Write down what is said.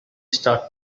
start